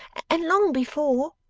and long before